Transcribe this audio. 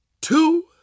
Two